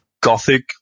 gothic